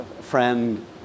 friend